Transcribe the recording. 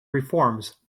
reforms